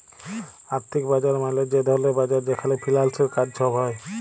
আথ্থিক বাজার মালে যে ধরলের বাজার যেখালে ফিল্যালসের কাজ ছব হ্যয়